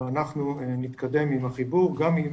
אנחנו נתקדם עם החיבור גם אם